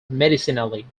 medicinally